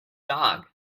dog